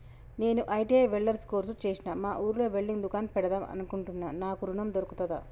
నేను ITI welder course చేశ్న మా ఊర్లో వెల్డింగ్ దుకాన్ పెడదాం అనుకుంటున్నా నాకు ఋణం దొర్కుతదా?